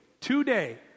today